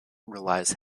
relies